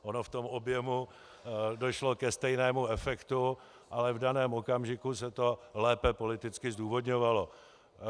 Ono v tom objemu došlo ke stejnému efektu, ale v daném okamžiku se to lépe politicky zdůvodňovalo.